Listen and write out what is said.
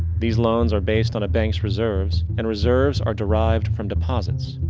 these loans are based on a banks reserves, and reserves are derived from deposits.